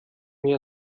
mich